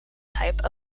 type